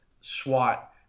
SWAT